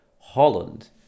Holland